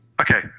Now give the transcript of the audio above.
Okay